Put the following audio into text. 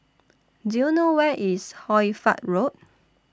Do YOU know Where IS Hoy Fatt Road